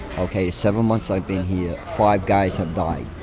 okay? seven months i've been here. five guys have died.